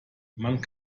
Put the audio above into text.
man